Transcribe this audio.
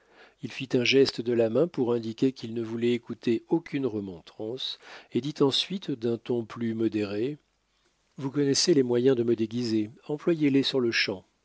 il fit un geste de la main pour indiquer qu'il ne voulait écouter aucune remontrance et dit ensuite d'un ton plus modéré vous connaissez les moyens de me déguiser employezles sur-le-champ